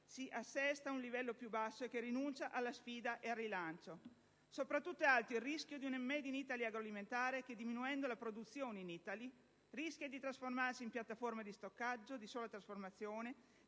si assesta ad un livello più basso e che rinuncia alla sfida e al rilancio. Soprattutto è alto il rischio di un *made in Italy* agroalimentare che, diminuendo la produzione in Italia, si trasforma in piattaforma di stoccaggio, di sola trasformazione,